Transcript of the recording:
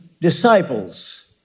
disciples